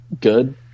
good